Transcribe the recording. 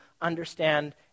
understand